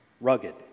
rugged